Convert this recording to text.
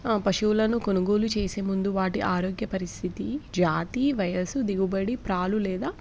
పశువులను కొనుగోలు చేసే ముందు వాటి ఆరోగ్య పరిస్థితి జాతి వయస్సు దిగుబడి పాలు లేదా